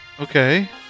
okay